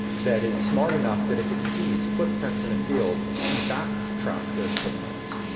that is smart enough that if it sees footprints in a field to backtrack those footprints.